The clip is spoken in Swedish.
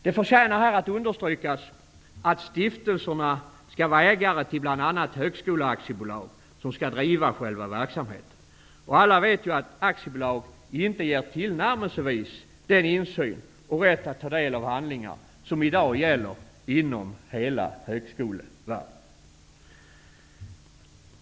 Det förtjänar att understrykas att stiftelserna skall vara ägare till bl.a. högskoleaktiebolag som skall driva själva verksamheten. Alla vet ju att aktiebolag inte ger tillnärmelsevis den insyn och rätt att ta del av handlingar som i dag gäller inom hela högskolevärlden.